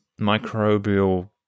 microbial